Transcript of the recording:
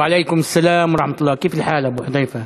ועליכום אל-סלאם, כיף אל-חאל, אבו חדייפה?